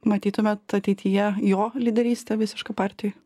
matytumėt ateityje jo lyderystę visišką partijoj